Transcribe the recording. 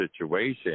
situation